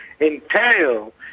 entail